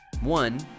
One